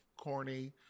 corny